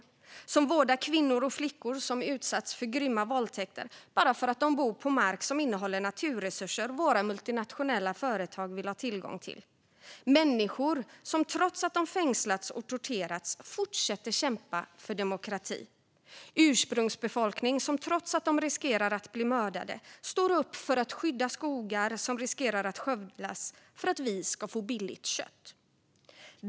Det är människor som vårdar kvinnor och flickor som utsatts för grymma våldtäkter bara för att de bor på mark som innehåller naturresurser som våra multinationella företag vill ha tillgång till. Det är människor som trots att de fängslats och torterats fortsätter att kämpa för demokrati. Det är ursprungsbefolkning som trots att de riskerar att bli mördade står upp för att skydda skogar som riskerar att skövlas för att vi ska få billigt kött.